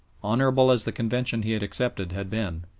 honourable as the convention he had accepted had been,